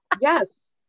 Yes